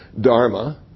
dharma